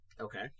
Okay